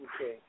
Okay